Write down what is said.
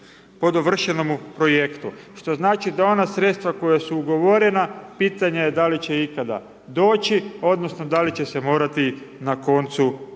po dovršenomu projektu što znači da ona sredstva koja su ugovorena pitanje je da li će ikada doći odnosno da li će se morati na koncu vratiti.